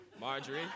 Marjorie